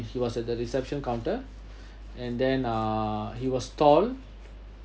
he was at the reception counter and then uh he was tall